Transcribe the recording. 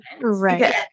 Right